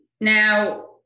Now